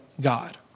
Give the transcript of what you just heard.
God